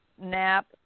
nap